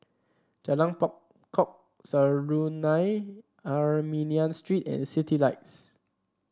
Jalan Pokok Serunai Armenian Street and Citylights